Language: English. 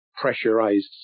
pressurized